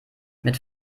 mit